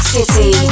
City